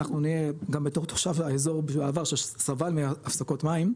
גם כתושב האזור בעבר שסבל מהפסקות מים,